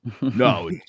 No